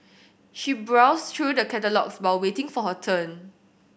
she browsed through the catalogues while waiting for her turn